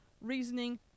reasoning